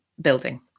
building